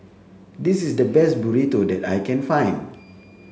this is the best Burrito that I can find